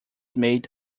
made